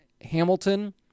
Hamilton